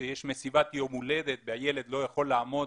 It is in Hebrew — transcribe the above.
כשיש מסיבת יום הולדת והילד לא יכול לעמוד